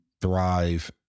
thrive